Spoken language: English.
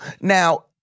Now